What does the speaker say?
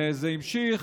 וזה המשיך